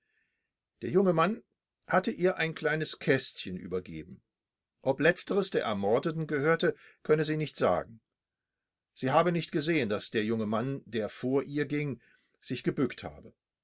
der junge mann hatte ihr ein kleines kästchen übergeben ob letzteres der ermordeten gehörte könne sie nicht sagen sie habe nicht gesehen daß der junge mann der vor ihr ging sich gebückt habe